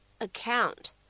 account